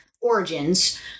origins